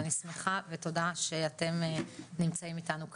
אני שמחה ותודה שאתם נמצאים איתנו כאן.